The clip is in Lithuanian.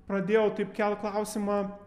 pradėjau taip kelt klausimą